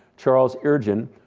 charles ergen,